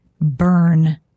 Burn